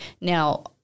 Now